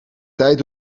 tijd